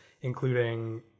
including